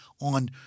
on